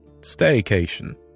staycation